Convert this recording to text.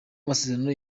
amasezerano